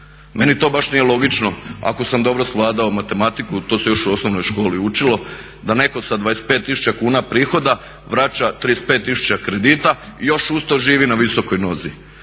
Meni to baš nije logično ako sam dobro savladao matematiku, to se još u osnovnoj školi učilo da netko da 25 tisuća kuna prihoda vraća 35 tisuća kredita i još uz to živi na visokoj nozi.